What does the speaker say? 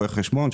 רואי חשבון,